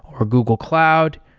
or google cloud.